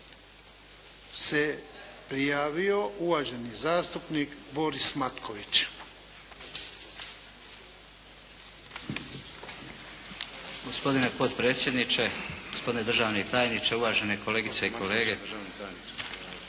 se prijavio uvaženi zastupnik Boris Matković. **Matković, Borislav (HDZ)** Gospodine potpredsjedniče, gospodine državni tajniče, uvažene kolegice i kolege.